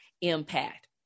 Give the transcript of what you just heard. impact